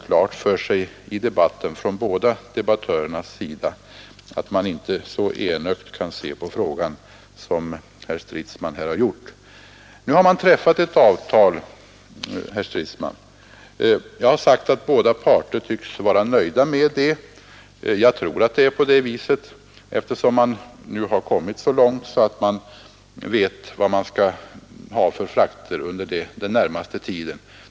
Även herr Stridsman måste göra klart för sig att man inte kan se på frågan så enögt som han här gjort. Man har träffat ett avtal, herr Stridsman. Jag har sagt att båda parter tycks vara nöjda med det. Jag tror att det är på det viset, eftersom man nu har kommit så långt att man vet vilka frakter man skall ha under den närmaste tiden.